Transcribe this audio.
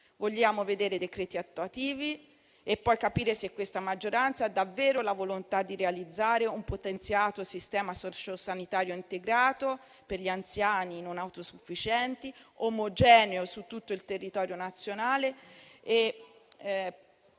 Vogliamo vedere i decreti attuativi e poi capire se questa maggioranza ha davvero la volontà di realizzare un sistema sociosanitario integrato per gli anziani non autosufficienti potenziato e omogeneo su tutto il territorio nazionale.